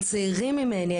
הם צעירים ממני,